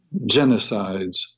genocides